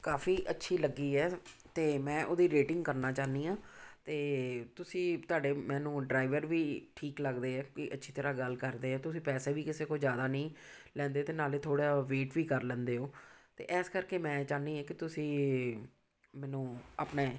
ਕਾਫੀ ਅੱਛੀ ਲੱਗੀ ਹੈ ਅਤੇ ਮੈਂ ਉਹਦੀ ਰੇਟਿੰਗ ਕਰਨਾ ਚਾਹੁੰਦੀ ਹਾਂ ਅਤੇ ਤੁਸੀਂ ਤੁਹਾਡੇ ਮੈਨੂੰ ਡਰਾਈਵਰ ਵੀ ਠੀਕ ਲੱਗਦੇ ਆ ਕਿ ਅੱਛੀ ਤਰ੍ਹਾਂ ਗੱਲ ਕਰਦੇ ਆ ਤੁਸੀਂ ਪੈਸੇ ਵੀ ਕਿਸੇ ਕੋਲ ਜ਼ਿਆਦਾ ਨਹੀਂ ਲੈਂਦੇ ਅਤੇ ਨਾਲੇ ਥੋੜ੍ਹਾ ਵੇਟ ਵੀ ਕਰ ਲੈਂਦੇ ਹੋ ਅਤੇ ਇਸ ਕਰਕੇ ਮੈਂ ਚਾਹੁੰਦੀ ਐ ਕਿ ਤੁਸੀਂ ਮੈਨੂੰ ਆਪਣੇ